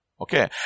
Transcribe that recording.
Okay